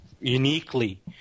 uniquely